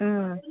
ಹ್ಞೂ